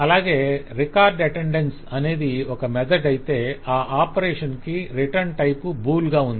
అలాగే record attendance అనేది ఒక మెథడ్ ఆ ఆపరేషన్ కి రిటర్న్ టైపు బూల్ గా ఉంది